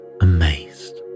amazed